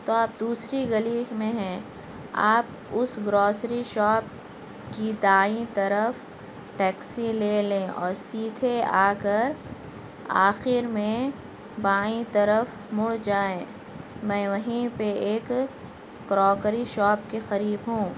تو آپ دوسری گلی میں ہیں آپ اس گراسری شاپ کی دائیں طرف ٹیکسی لے لیں اور سیدھے آ کر آخر میں بائیں طرف مڑ جائیں میں وہیں پہ ایک کراکری شاپ کے قریب ہوں